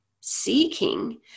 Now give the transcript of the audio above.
seeking